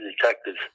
detectives